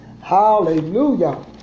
Hallelujah